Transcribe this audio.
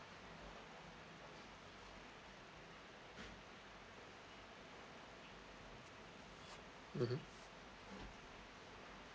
mmhmm